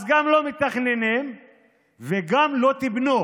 אז גם לא מתכננים וגם לא תיבנו.